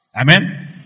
amen